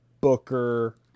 Booker